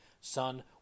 son